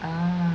ah